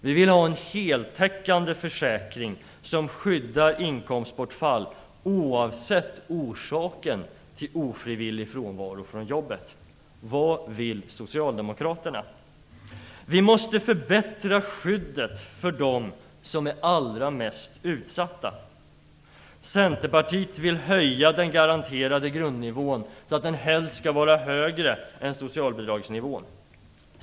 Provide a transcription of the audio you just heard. Vi vill ha en heltäckande försäkring, som skyddar mot inkomstbortfall, oavsett orsaken till ofrivillig frånvaro från jobbet. Vad vill Socialdemokraterna? Vi måste förbättra skyddet för dem som är allra mest utsatta. Centerpartiet vill höja den garanterade grundnivån så att den helst skall vara högre än socialbidragsnivån.